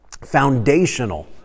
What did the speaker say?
foundational